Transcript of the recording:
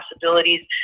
possibilities